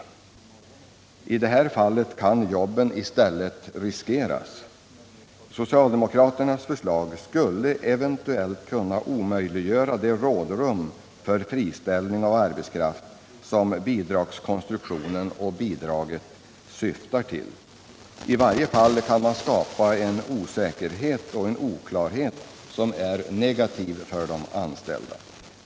I stället kan jobben på det sättet riskeras. Socialdemokraternas förslag skulle eventuellt kunna omöjliggöra det rådrum för friställning av arbetskraft som bidragskonstruktionen och bidraget syftar till. I varje fall kan man skapa osäkerhet och oklarhet, vilket är negativt för de anställda.